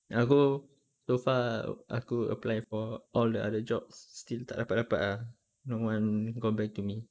so far aku applying for all the other jobs still tak dapat dapat ah no one got back to me